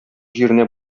җиренә